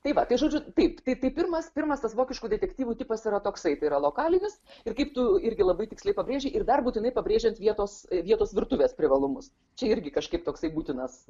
tai va tai žodžiu taip tai pirmas pirmas tas vokiškų detektyvų tipas yra toksai tai yra lokalinis ir kaip tu irgi labai tiksliai pabrėžei ir dar būtinai pabrėžiant vietos vietos virtuvės privalumus čia irgi kažkaip toksai būtinas